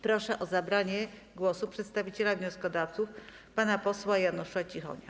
Proszę o zabranie głosu przedstawiciela wnioskodawców pana posła Janusza Cichonia.